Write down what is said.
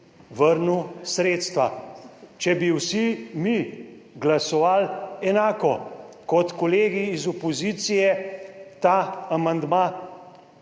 vrnil sredstva. Če bi vsi mi glasovali enako kot kolegi iz opozicije, ta amandma